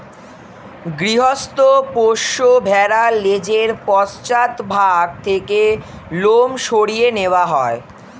গৃহস্থ পোষ্য ভেড়ার লেজের পশ্চাৎ ভাগ থেকে লোম সরিয়ে নেওয়া হয়